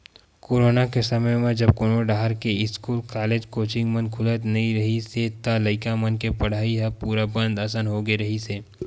corona के समे जब कोनो डाहर के इस्कूल, कॉलेज, कोचिंग मन खुलत नइ रिहिस हे त लइका मन के पड़हई ल पूरा बंद असन होगे रिहिस हे